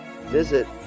Visit